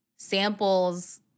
samples